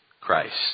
Christ